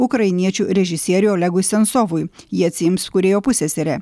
ukrainiečių režisieriui olegui sensovui jį atsiims kūrėjo pusseserė